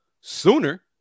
sooner